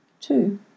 Two